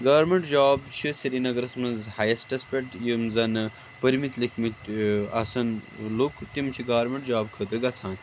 government job چھِ سریٖنَگرَس منٛز ہایِسٹَس پؠٹھ یِم زَن پٔرمٕتۍ لیٖکھۍمٕتۍ آسان لوٗکھ تِم چھِ گورمِنٛٹ جاب خٲطرٕ گژھان